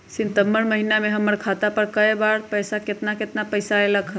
सितम्बर महीना में हमर खाता पर कय बार बार और केतना केतना पैसा अयलक ह?